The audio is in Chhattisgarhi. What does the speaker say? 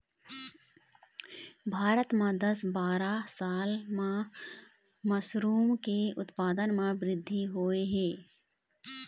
भारत म दस बारा साल म मसरूम के उत्पादन म बृद्धि होय हे